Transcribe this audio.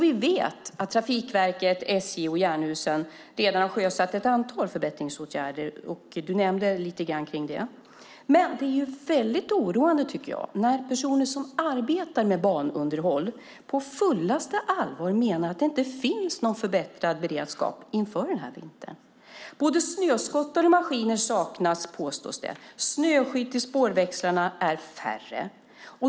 Vi vet att Trafikverket, SJ och Jernhusen redan sjösatt ett antal förbättringsåtgärder, och du nämnde lite grann om det. Men det är väldigt oroande när personer som arbetar med banunderhåll på fullaste allvar menar att det inte finns förbättrad beredskap inför vintern. Både snöskottare och maskiner saknas, påstås det. Antalet snöskydd till spårväxlarna är mindre.